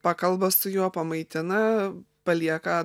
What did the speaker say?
pakalba su juo pamaitina palieka